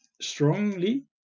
strongly